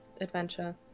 adventure